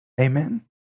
Amen